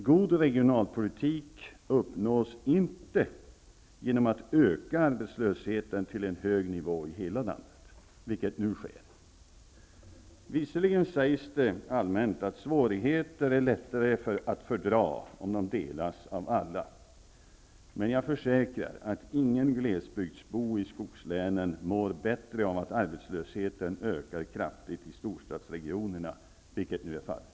God regionalpolitik uppnås inte genom att man ökar arbetslösheten till en hög nivå i hela landet, vilket sker nu. Visserligen sägs det allmänt att svårigheter är lättare att fördra, om de delas av alla, men jag försäkrar att ingen glesbygdsbo i skogslänen mår bättre av att arbetslösheten ökar kraftigt i storstadsregionerna, vilket nu är fallet.